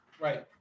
Right